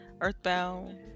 earthbound